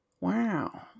Wow